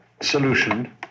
solution